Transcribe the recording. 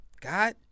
God